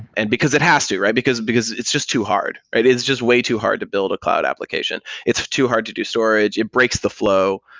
and because it has to, because because it's just too hard. it is just way too hard to build a cloud application. it's too hard to do storage. it breaks the flow.